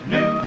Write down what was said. New